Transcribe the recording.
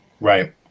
Right